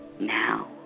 now